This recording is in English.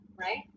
Right